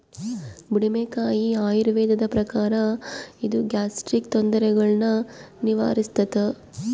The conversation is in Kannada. ಬುಡುಮೆಕಾಯಿ ಆಯುರ್ವೇದದ ಪ್ರಕಾರ ಇದು ಗ್ಯಾಸ್ಟ್ರಿಕ್ ತೊಂದರೆಗುಳ್ನ ನಿವಾರಿಸ್ಥಾದ